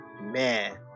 Man